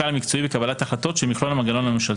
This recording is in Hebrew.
המקצועי בקבלת החלטות של מכלול המנגנון הממשלתי,